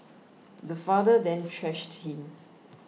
the father then thrashed him